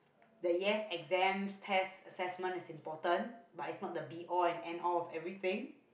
that yes exams tests assessment is important but it's not the be all and end all of everything